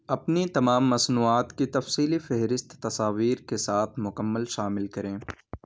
اپنی تمام مصنوعات کی تفصیلی فہرست تصاویر کے ساتھ مکمل شامل کریں